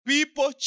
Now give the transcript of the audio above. People